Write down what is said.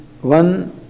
one